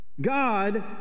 God